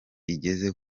igeze